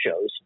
shows